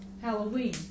Halloween